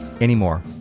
anymore